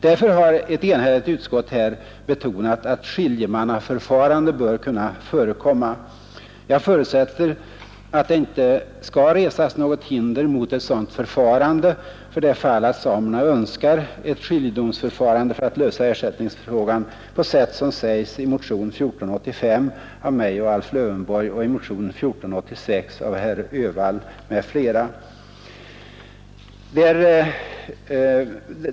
Därför har ett enhälligt utskott betonat att skiljemannaförfarande bör kunna förekomma. Jag förutsätter att det inte skall resas något hinder mot ett sådant förfarande för det fall att samerna önskar ett skiljedomsförfarande för att lösa ersättningsfrågan, på sätt som sägs i motion 1485 av mig och Alf Lövenborg och i motion 1486 av herr Öhvall m.fl.